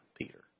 Peter